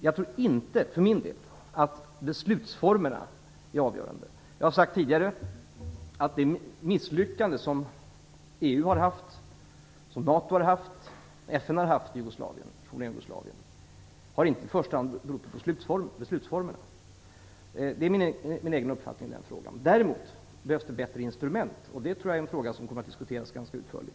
Jag tror inte att beslutsformerna är avgörande. Jag har tidigare sagt att det misslyckande som EU har haft, som NATO har haft och som FN har haft i det forna Jugoslavien inte i första hand har berott på beslutsformerna. Det är min egen uppfattning i den frågan. Däremot behövs det bättre instrument, och jag tror att det är en fråga som kommer att diskuteras ganska utförligt.